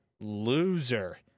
loser